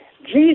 Jesus